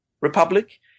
Republic